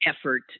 effort